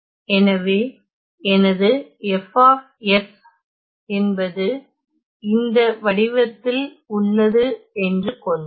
எனவே எனது F என்பது இந்த வடிவத்தில் உள்ளது என்று கொள்வோம்